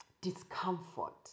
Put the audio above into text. discomfort